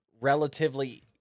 relatively